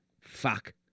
fuck